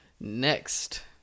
Next